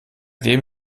dem